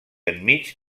enmig